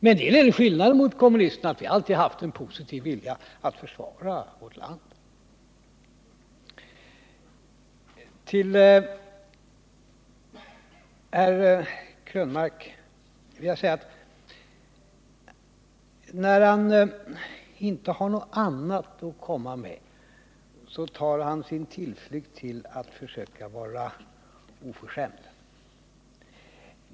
Men skillnaden mot kommunisterna är den, att vi alltid har haft en positiv vilja att försvara vårt land. När herr Krönmark inte har något att komma med tar han sin tillflykt till att försöka vara oförskämd.